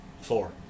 Four